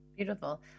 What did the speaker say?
beautiful